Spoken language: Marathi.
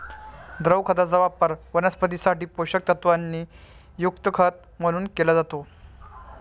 द्रव खताचा वापर वनस्पतीं साठी पोषक तत्वांनी युक्त खत म्हणून केला जातो